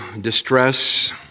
distress